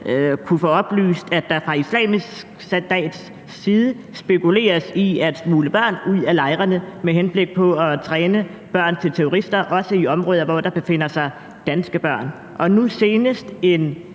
kunnet få oplyst, at der fra Islamisk Stats side spekuleres i at smugle børn ud af lejrene med henblik på at træne børnene til terrorister – også i områder, hvor der befinder sig danske børn. Nu er der senest en